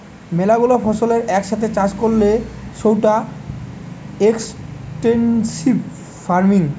ম্যালা গুলা ফসলের এক সাথে চাষ করলে সৌটা এক্সটেন্সিভ ফার্মিং